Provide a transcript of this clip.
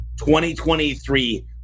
2023